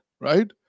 right